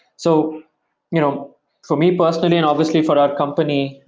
so you know for me personally and obviously for our company,